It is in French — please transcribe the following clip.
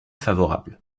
favorable